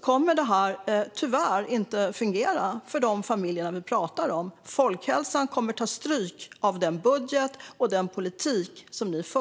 kommer detta tyvärr inte att fungera för de familjer vi pratar om. Folkhälsan kommer att ta stryk av den budget och den politik som ni för.